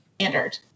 standard